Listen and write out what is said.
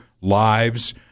lives